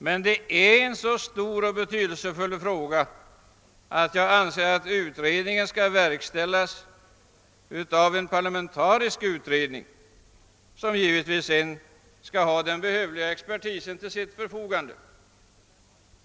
Det är emellertid en så stor och betydelsefull fråga att jag anser att den bör behandlas av en parlamentarisk utredning, som givetvis skall ha behövlig expertis till sitt förfogande.